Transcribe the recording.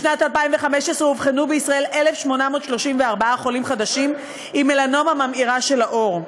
בשנת 2015 אובחנו בישראל 1,834 חולים חדשים עם מלנומה ממאירה של העור.